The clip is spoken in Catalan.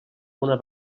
una